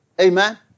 Amen